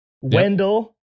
Wendell